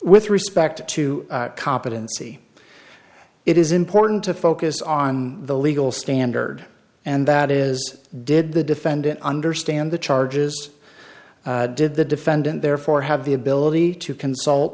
with respect to competency it is important to focus on the legal standard and that is did the defendant understand the charges did the defendant therefore have the ability to consult